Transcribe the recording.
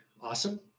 Awesome